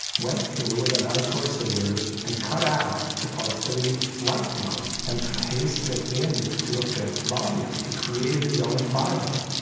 went through with a knife or a scissors and cut out the parts that he liked most and pasted in to a fifth volume. he created his own bible.